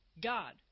God